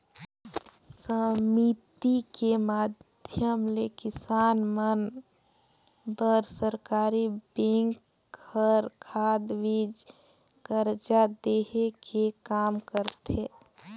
समिति के माधियम ले किसान मन बर सरकरी बेंक हर खाद, बीज, करजा देहे के काम करथे